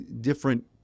different